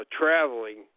traveling